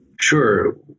Sure